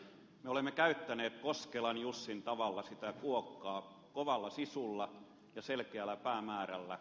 me olemme käyttäneet koskelan jussin tavalla sitä kuokkaa kovalla sisulla ja selkeällä päämäärällä